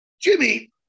Jimmy